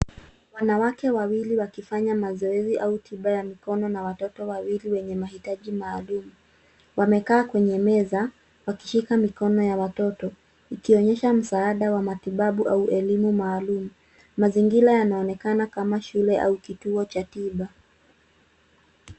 Wanawake wawili wakifanya mazoezi au tiba ya mikono na watoto wawili wenye mahitaji maalum. Wamekaa kwenye meza wakishika mikono ya watoto, ikionyesha msaada wa matibabu au elimu maalum. Mazingira yanaonekana kama shule au kituo cha tiba.